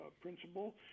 principle